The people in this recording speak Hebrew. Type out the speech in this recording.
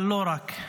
אבל לא רק,